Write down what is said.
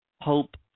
hope